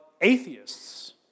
atheists